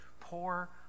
poor